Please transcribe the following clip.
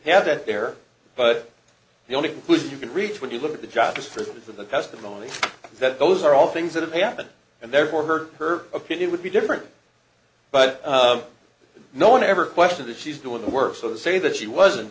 have it there but the only conclusion you can reach when you look at the job just for the testimony that those are all things that have happened and therefore hurt her opinion would be different but no one ever questioned that she's doing the work so say that she wasn't